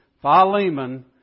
Philemon